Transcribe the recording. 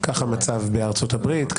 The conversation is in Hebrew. כך המצב בארצות הברית,